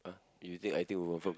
if you think I think who confirm